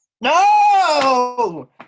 No